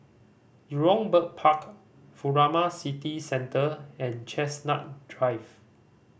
Jurong Bird Park Furama City Centre and Chestnut Drive